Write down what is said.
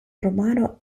romano